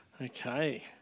Okay